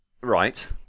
Right